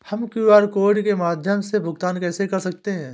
हम QR code के माध्यम से भुगतान कैसे कर सकते हैं?